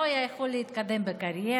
הוא לא היה יכול להתקדם בקריירה,